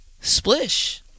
Splish